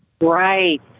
Right